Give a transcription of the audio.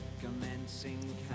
Commencing